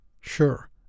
sure